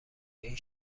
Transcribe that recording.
این